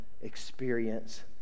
experience